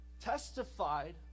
testified